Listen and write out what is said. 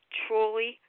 truly